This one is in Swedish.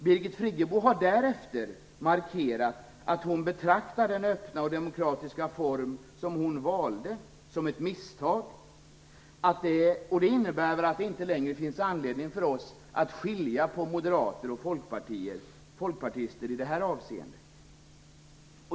Birgit Friggebo har därefter markerat att hon betraktar den öppna och demokratiska form hon valde som ett misstag, och det innebär väl att det inte längre finns anledning för oss att skilja på moderater och folkpartister i detta avseende.